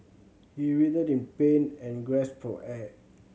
he writhed in pain and gasped for air